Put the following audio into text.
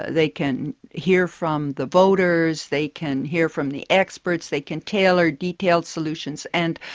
ah they can hear from the voters, they can hear from the experts, they can tailor detailed solutions, and